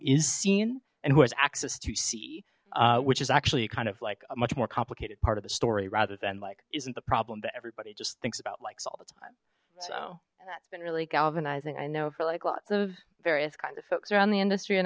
seen and who has access to c which is actually kind of like a much more complicated part of the story rather than like isn't the problem that everybody just thinks about likes all the time so that's been really galvanizing i know for like lots of various kinds of folks around the industry an